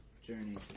journey